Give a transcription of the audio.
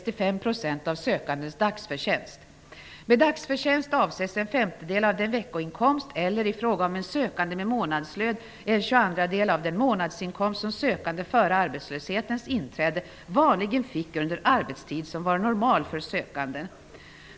Inom en snar framtid bör emellertid försäkringskassorna, som ju finns på de flesta orter, handha administrationen. KAS regionerna, som endast finns på fyra ställen i landet, kommer inte att klara hela landet.